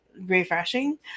refreshing